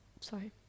Sorry